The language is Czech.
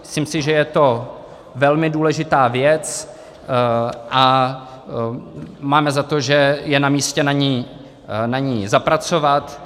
Myslím si, že je to velmi důležitá věc, a máme za to, že je namístě na ní zapracovat.